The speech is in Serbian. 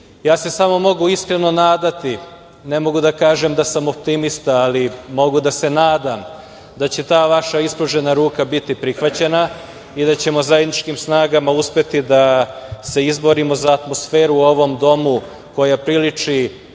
Ja se samo mogu iskreno nadati, ne mogu da kažem da sam optimista, ali mogu da se nadam da će ta vaša ispružena ruka biti prihvaćena i da ćemo zajedničkim snagama uspeti da se izborimo za atmosferu u ovom domu koja priliči